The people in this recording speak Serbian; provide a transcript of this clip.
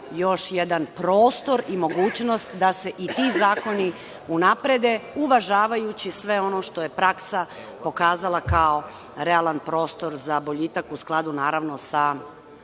još jedan prostor i mogućnost da se i ti zakoni unaprede uvažavajući sve ono što je praksa pokazala kao realan prostor za boljitak u skladu sa razvojem